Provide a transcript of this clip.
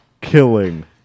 killing